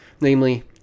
namely